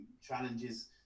challenges